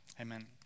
amen